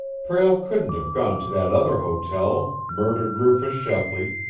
prale couldn't have gone to that other hotel, murdered rufus shepley,